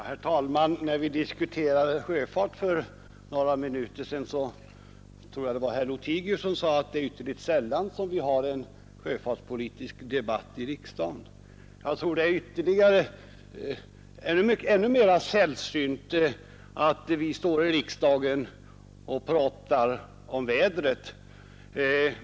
Herr talman! När vi diskuterade sjöfart för några minuter sedan, sade herr Lothigius att det är ytterligt sällan som vi har en sjöfartspolitisk debatt i riksdagen. Jag tror det är ännu mera sällsynt att vi står här i riksdagen och pratar om vädret.